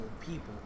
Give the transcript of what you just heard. people